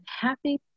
happy